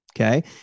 okay